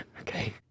Okay